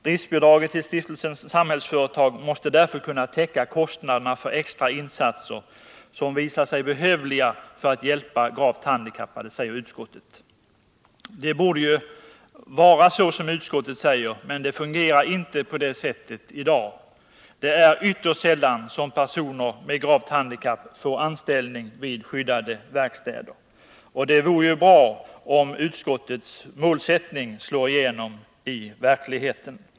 Driftbidraget till Stiftelsen Samhällsföretag måste därför kunna täcka kostnaderna för extra insatser som visar sig behövliga för att hjälpa gravt handikappade.” Det borde vara så som utskottet säger, men det fungerar inte på det sättet i dag. Det är ytterst sällan som personer med gravt handikapp får anställning vid skyddade verkstäder. Det vore bra, om utskottets målsättning slår igenom i verkligheten.